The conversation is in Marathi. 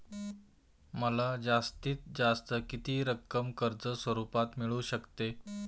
मला जास्तीत जास्त किती रक्कम कर्ज स्वरूपात मिळू शकते?